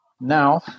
Now